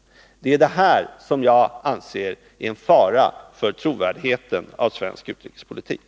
Det är detta som jag anser vara en fara för trovärdigheten i svensk utrikespolitik.